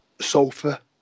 sofa